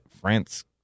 France